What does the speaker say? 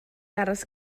aros